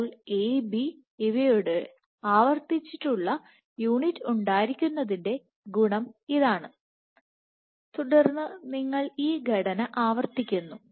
അപ്പോൾ A B ഇവയുടെ ആവർത്തിച്ചുള്ള യൂണിറ്റ് ഉണ്ടായിരിക്കുന്നതിന്റെ ഗുണം ഇതാണ് തുടർന്ന് നിങ്ങൾ ഈ ഘടന ആവർത്തിക്കുന്നു